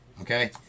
okay